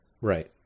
right